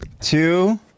Two